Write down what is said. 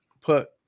put